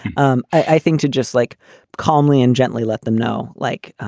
um i think to just like calmly and gently let them know, like,